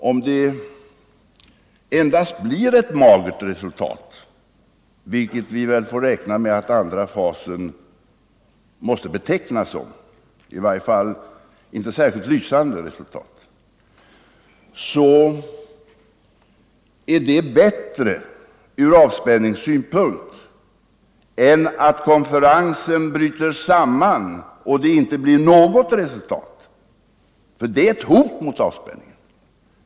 Om det endast blir ett magert resultat, vilket vi väl får räkna med att den andra fasen måste betecknas som -— i varje fall blir det inte ett särskilt lysande resultat — så är det ur avspänningssynpunkt bättre än att konferensen bryter samman och det inte blir något resultat alls, vilket skulle vara ett hot mot avspänningen.